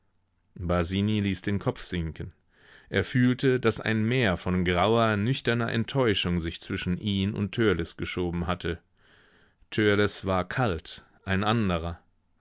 ließ den kopf sinken er fühlte daß ein meer von grauer nüchterner enttäuschung sich zwischen ihn und törleß geschoben hatte törleß war kalt ein anderer